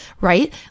right